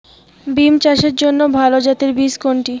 বিম চাষের জন্য ভালো জাতের বীজ কোনটি?